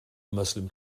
muslim